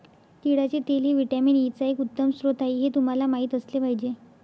तिळाचे तेल हे व्हिटॅमिन ई चा एक उत्तम स्रोत आहे हे तुम्हाला माहित असले पाहिजे